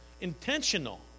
intentional